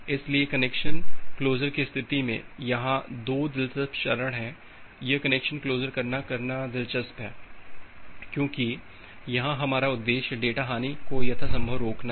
इसलिए connection closure की स्थिति में यहाँ 2 दिलचस्प चरण हैं और यह कनेक्शन क्लोसर करना करना दिलचस्प है क्योंकि यहां हमारा उद्देश्य डेटा हानि को यथासंभव रोकना है